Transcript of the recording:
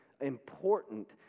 important